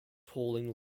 hauling